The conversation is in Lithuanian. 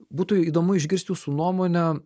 būtų įdomu išgirst jūsų nuomonę